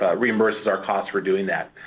ah reimburses our cost for doing that.